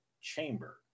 chamber